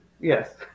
Yes